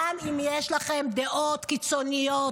גם אם יש לכם דעות קיצוניות,